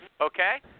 Okay